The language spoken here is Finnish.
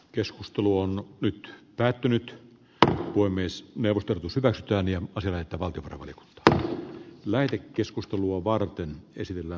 keskustelu on nyt päättynyt tämä voi myös neuvoteltu venkauksen varaa ja tulkintaa niin kuin tässä tapauksessa ed